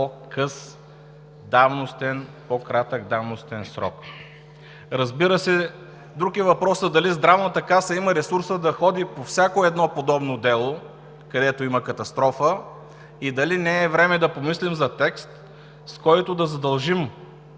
по-кратък давностен срок. Друг е въпросът, разбира се, дали Здравната каса има ресурса да ходи по всяко едно подобно дело, където има катастрофа и дали не е време да помислим за текст, с който да задължим